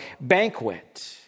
banquet